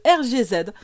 RGZ